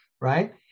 right